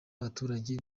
abaturage